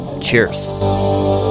Cheers